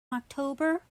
october